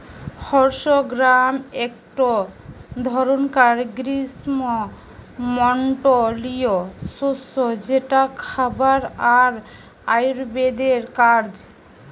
horse gram একটো ধরণকার গ্রীস্মমন্ডলীয় শস্য যেটা খাবার আর আয়ুর্বেদের কাজ